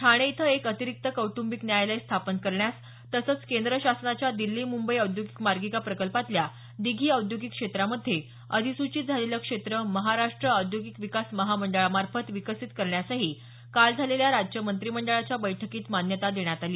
ठाणे इथं एक अतिरिकृत कौटंबिक न्यायालय स्थापन करण्यास तसंच केंद्र शासनाच्या दिल्ली मुंबई औद्योगिक मार्गिका प्रकल्पातल्या दिघी औद्योगिक क्षेत्रामध्ये अधिसूचित झालेलं क्षेत्र महाराष्ट्र औद्योगिक विकास महामंडळामार्फत विकसित करण्यासही काल झालेल्या राज्य मंत्रिमंडळाच्या बैठकीत मान्यता देण्यात आली